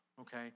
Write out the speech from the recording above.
okay